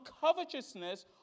covetousness